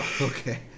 Okay